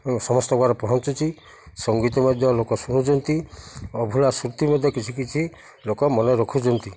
ସମସ୍ତଙ୍କ ଘରେ ପହଞ୍ଚୁଛି ସଙ୍ଗୀତ ମଧ୍ୟ ଲୋକ ଶୁଣୁଛନ୍ତି ଅଭୁଲା ସୃତି ମଧ୍ୟ କିଛି କିଛି ଲୋକ ମନେ ରଖୁଛନ୍ତି